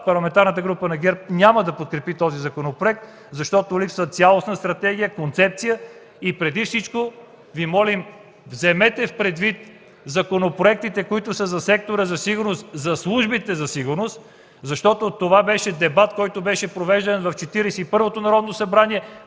Парламентарната група на ГЕРБ няма да подкрепи този законопроект, защото липсва цялостна стратегия, концепция и преди всичко Ви молим: вземете предвид законопроектите, които са за сектора за сигурност, за службите за сигурност, защото това беше дебат, провеждан в Четиридесет и първото Народно събрание,